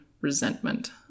resentment